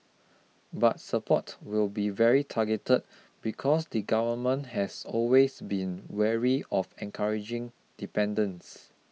but support will be very targeted because the Government has always been wary of encouraging dependence